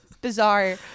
bizarre